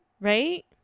right